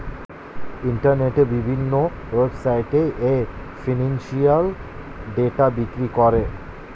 ইন্টারনেটের বিভিন্ন ওয়েবসাইটে এ ফিনান্সিয়াল ডেটা বিক্রি করে